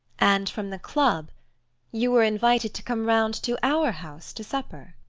and from the club you were invited to come round to our house to supper.